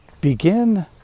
begin